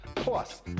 Plus